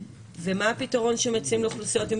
2. מה הפתרון שמציעים לאוכלוסיות עם